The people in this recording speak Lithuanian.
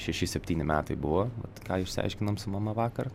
šeši septyni metai buvo vat ką išsiaiškinom su mama vakar